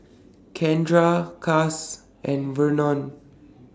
Kendra Cass and Vernon